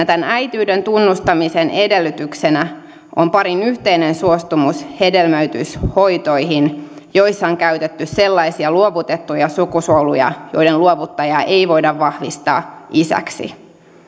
tämän äitiyden tunnustamisen edellytyksenä on parin yhteinen suostumus hedelmöityshoitoihin joissa on käytetty sellaisia luovutettuja sukusoluja joiden luovuttajaa ei voida vahvistaa isäksi